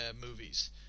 movies